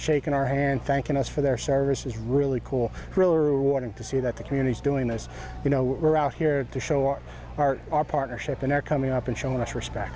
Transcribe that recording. shaking our hand thanking us for their service is really cool really rewarding to see that the community is doing this you know we're out here to show our heart our partnership and our coming up and showing us respect